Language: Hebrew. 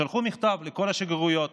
שלחו מכתב לכל השגרירויות